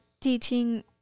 teaching